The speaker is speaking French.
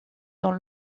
dans